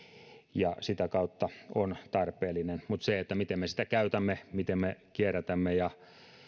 ja on sitä kautta tarpeellinen mutta se miten me sitä käytämme miten me kierrätämme ja